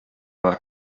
бар